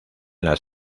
las